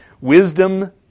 Wisdom